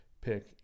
pick